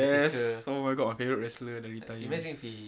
yes oh my god my favourite wrestler then he retire